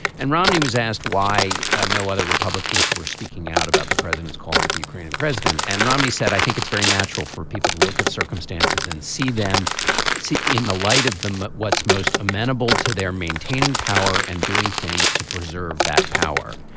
and romney was asked why ah no other republicans were speaking out about the president's call with the ukrainian president. and romney said i think it's very natural for people to look at circumstances and see them in the light of them. what's most amenable to their maintaining power and doing things to preserve that power.